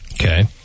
Okay